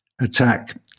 attack